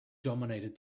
dominated